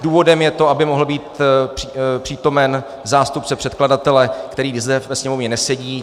Důvodem je to, aby mohl být přítomen zástupce předkladatele, který zde ve Sněmovně nesedí.